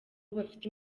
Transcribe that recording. bafite